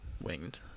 Winged